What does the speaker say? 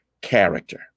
character